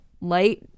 light